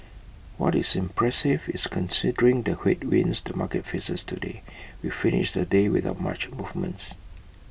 what is impressive is considering the headwinds the market faces today we finished the day without much movements